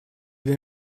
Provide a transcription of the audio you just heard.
dei